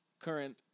current